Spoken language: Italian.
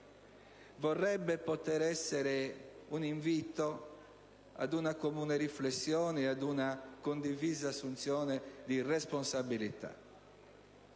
vorrebbe poter essere un invito ad una comune riflessione e ad una condivisa assunzione di responsabilità.